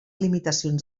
limitacions